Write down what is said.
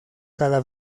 cada